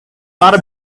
thought